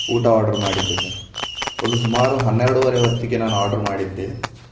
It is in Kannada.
ಊಟ ಆರ್ಡರ್ ಮಾಡಿದ್ದೆ ಸರ್ ಒಂದು ಸುಮಾರು ಹನ್ನೆರಡುವರೆ ಹೊತ್ತಿಗೆ ನಾನು ಆರ್ಡರ್ ಮಾಡಿದ್ದೆ